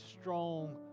strong